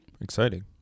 Exciting